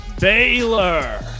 Baylor